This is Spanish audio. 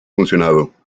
funcionado